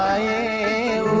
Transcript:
a